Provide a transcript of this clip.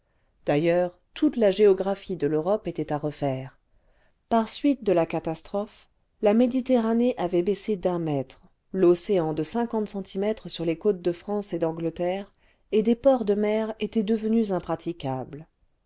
d'ailleurs toute la géographie de l'europe était à refaire par suite delà catastrophe là méditerranée avait baissé d'un mètre l'océan'de cinquante centimètres sur les côtes de france et d'angleterre et des ports de mèr étaient devenus impraticables